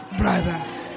brother